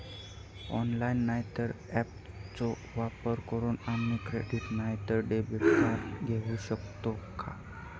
Online नाय तर ऍपचो वापर करून आम्ही क्रेडिट नाय तर डेबिट कार्ड घेऊ शकतो का?